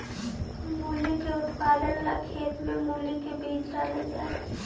मूली के उत्पादन ला खेत में मूली का बीज डालल जा हई